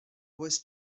was